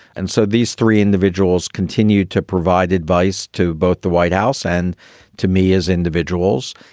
and so these three individuals continued to provide advice to both the white house and to me as individuals,